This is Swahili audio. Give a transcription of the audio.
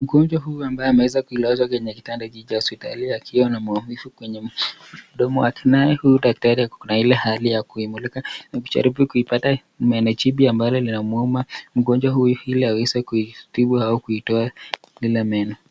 Mgonjwa huyu ambaye ameweza kulazwa kwenye kitanda hiki cha hosipitali akiwa na maumivu kwenye mdomo hatimaye huyu daktari ako na ile hali ya kuimulika hili ajaribu kuipata meno chibi ambayo inamuuma mgonjwa huyu ili aweze kuzipiga au kuitoa ile meno.